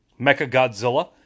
Mechagodzilla